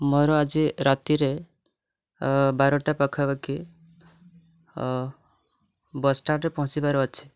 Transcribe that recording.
ମୋର ଆଜି ରାତିରେ ବାରଟା ପାଖାପାଖି ବସ୍ ଷ୍ଟାଣ୍ଡରେ ପହଞ୍ଚିବାର ଅଛି